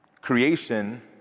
Creation